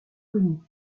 connue